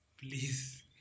please